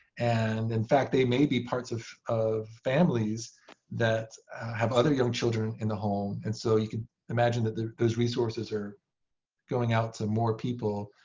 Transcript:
and in fact, they may be parts of of families that have other young children in the home. and so you can imagine that those resources are going out to more people.